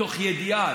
בידיעה,